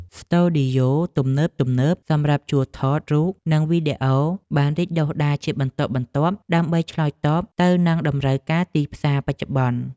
ស្ទូឌីយោទំនើបៗសម្រាប់ជួលថតរូប និងវីដេអូបានរីកដុះដាលជាបន្តបន្ទាប់ ដើម្បីឆ្លើយតបទៅនឹងតម្រូវការទីផ្សារបច្ចុប្បន្ន។